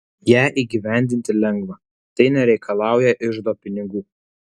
ją įgyvendinti lengva tai nereikalauja iždo pinigų